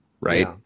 right